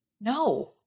No